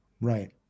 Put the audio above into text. right